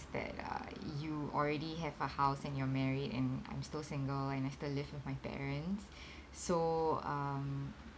is that uh you already have a house and you're married and I'm still single and I still live with my parents so um